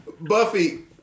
Buffy